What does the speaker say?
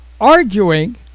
arguing